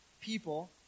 people